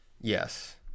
Yes